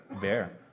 bear